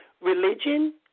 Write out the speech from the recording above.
religion